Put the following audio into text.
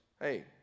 hey